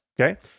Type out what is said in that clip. okay